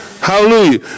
Hallelujah